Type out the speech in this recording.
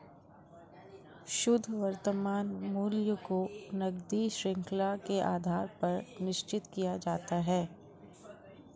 शुद्ध वर्तमान मूल्य को नकदी शृंखला के आधार पर निश्चित किया जाता है